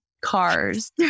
cars